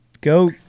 Go